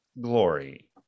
glory